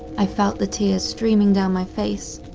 i felt the tears streaming down my face,